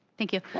thank you.